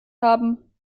haben